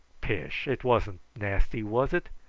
pish! it wasn't nasty, was it?